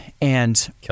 and-